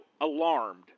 alarmed